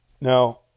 Now